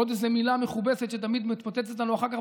עוד איזו מילה מכובסת שתמיד מתפוצצת לנו אחר כך